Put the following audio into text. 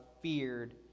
feared